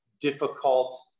difficult